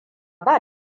ba